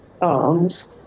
arms